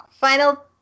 final